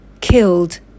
killed